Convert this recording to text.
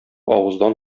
авыздан